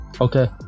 Okay